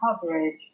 coverage